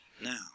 Now